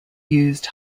used